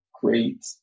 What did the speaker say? great